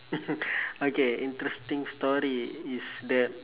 okay interesting story is the